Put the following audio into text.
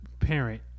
parent